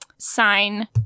Sign